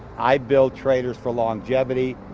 i built trailers for longevity.